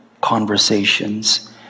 conversations